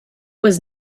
was